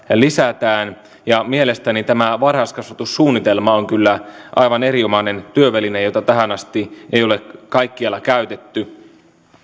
lisätään ja mielestäni tämä varhaiskasvatussuunnitelma on kyllä aivan erinomainen työväline jota tähän asti ei ole kaikkialla käytetty